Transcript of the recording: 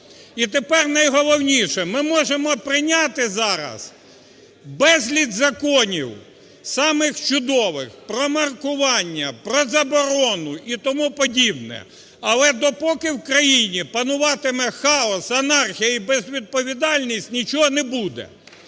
І тепер найголовніше. Ми можемо прийняти зараз безліч законів, самих чудових: про маркування, про заборону і тому подібне. Але допоки в країні панувати хаос, анархія і безвідповідальність, нічого не буде.